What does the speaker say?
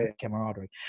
camaraderie